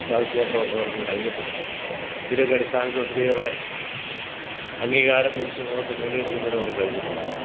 സാഹിത്യ പ്രവർത്തകർക്കും കഴിഞ്ഞിട്ടുണ്ട് ഇതിൻറ്റെയൊക്കെ അടിസ്ഥാനത്തിൽ ഒത്തിരിയേറെ അംഗീകാരം പൊതു സമൂഹത്തിൽ നേടിയെടുക്കുന്നതിനും അവർക്ക് കഴിഞ്ഞിട്ടുണ്ട്